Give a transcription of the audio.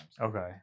Okay